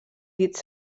dits